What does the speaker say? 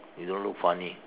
you don't look funny